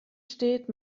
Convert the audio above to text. steht